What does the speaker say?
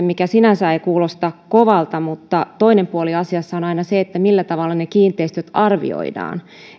mikä sinänsä ei kuulosta kovalta mutta toinen puoli asiassa on aina se millä tavalla ne kiinteistöt arvioidaan